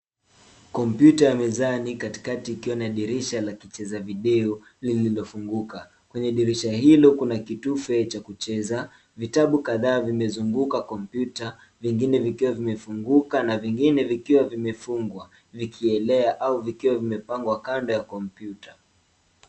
Kompyuta ya mezani katikati ikiwa na dirisha la kicheza video lililofunguka. Kwenye dirisha hilo kuna kitufe cha kucheza. Vitabu kadhaa vimezunguka kompyuta vingine vikiwa vimefunguka na vingine vikiwa vimefungwa vikielea au vikiwa vimepangwa kando ya kompyuta.